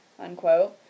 unquote